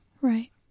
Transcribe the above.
Right